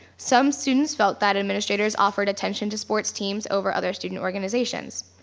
some students felt that administrators offered attention to sports teams over other student organizations.